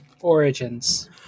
Origins